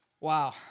Wow